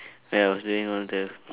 where I was doing all the